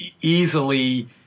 easily